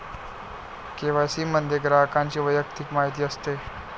KYC मध्ये ग्राहकाची वैयक्तिक माहिती असते